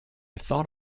thought